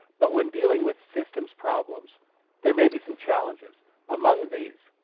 but when dealing with systems problems there may be some challenges among these.